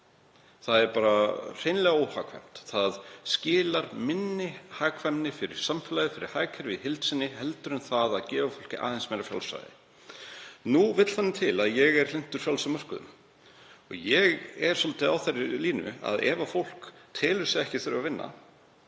Það er hreinlega óhagkvæmt. Það skilar minni hagkvæmni fyrir samfélagið, fyrir hagkerfið í heild sinni, en það að gefa fólki aðeins meira frjálsræði. Nú vill þannig til að ég er hlynntur frjálsum mörkuðum. Ég er svolítið á þeirri línu að ef fólk telur sig ekki þurfa að vinna